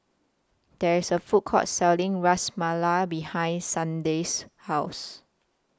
There IS A Food Court Selling Ras Malai behind Sharday's House